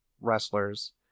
wrestlers